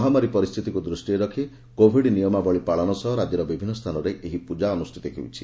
ମହାମାରୀ ପରିସ୍ଥିତିକୁ ଦୂଷ୍ଟିରେ ରଖବ କୋଭିଡ୍ ନିୟମାବଳୀ ପାଳନ ସହ ରାଜ୍ୟର ବିଭିନ୍ନ ସ୍ଥାନରେ ଏହି ପ୍ରଜା ଅନୁଷ୍ଠିତ ହେଉଛି